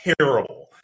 terrible